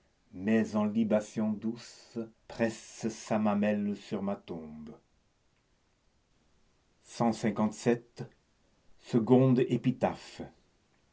mais en libation douce presse sa mamelle sur ma tombe épitaphe